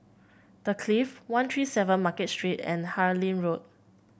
The Clift One Three Seven Market Street and Harlyn Road